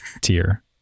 tier